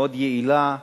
מאוד יעילה,